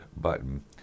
button